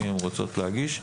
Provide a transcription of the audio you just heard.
אם הן רוצות להגיש.